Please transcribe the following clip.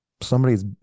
somebody's